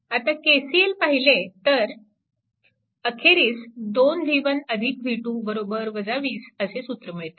आता KCLपाहिले तर तर अखेरीस 2 v1 v2 20 असे सूत्र मिळते